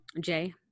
Jay